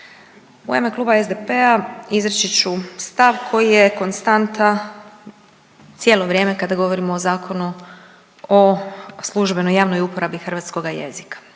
U ime kluba SDP-a izreći ću stav koji je konstanta cijelo vrijeme kada govorimo o Zakonu o službenoj javnoj uporabi hrvatskoga jezika,